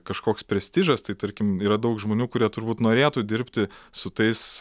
kažkoks prestižas tai tarkim yra daug žmonių kurie turbūt norėtų dirbti su tais